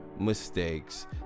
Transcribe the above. mistakes